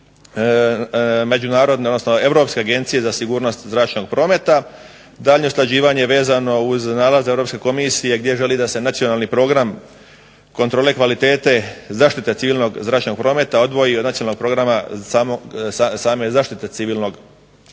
zrakoplovstvo i Europske agencije za sigurnost zračnog prometa. Daljnje usklađivanje je vezano uz nalaze Europske komisije gdje želi da se nacionalni program kontrole kvalitete zaštite civilnog zračnog prometa odvoji od nacionalnog programa same zaštite civilnog zračnog prometa.